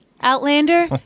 outlander